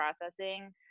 processing